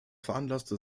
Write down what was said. veranlasste